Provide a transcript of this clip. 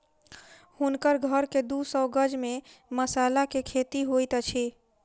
हुनकर घर के दू सौ गज में मसाला के खेती होइत अछि